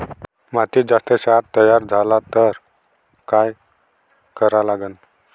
मातीत जास्त क्षार तयार झाला तर काय करा लागन?